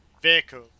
vehicle